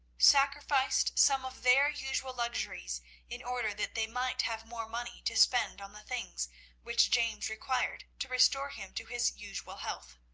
sacrificed some of their usual luxuries in order that they might have more money to spend on the things which james required to restore him to his usual health.